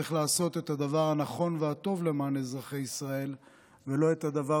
צריך לעשות את הדבר הנכון והטוב למען אזרחי ישראל ולא את הדבר